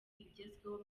ibigezweho